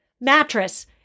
mattress